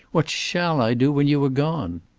what shall i do when you are gone?